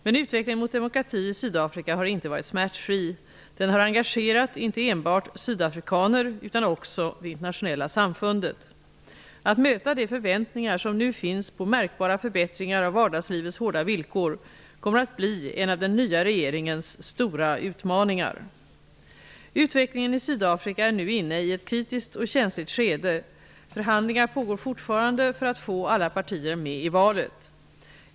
Men utvecklingen mot demokrati i Sydafrika har inte varit smärtfri. Den har engagerat inte enbart sydafrikaner utan också det internationella samfundet. Att möta de förväntningar som nu finns på märkbara förbättringar av vardagslivets hårda villkor kommer att bli en av den nya regeringens stora utmaningar. Utvecklingen i Sydafrika är nu inne i ett kritiskt och känsligt skede. Förhandlingar pågår fortfarande för att få alla partier med i valet.